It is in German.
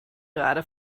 gerade